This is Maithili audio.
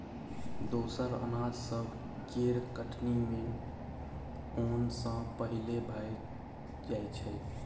दोसर अनाज सब केर कटनी मेन ओन सँ पहिले भए जाइ छै